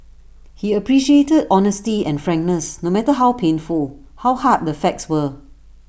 he appreciated honesty and frankness no matter how painful how hard the facts were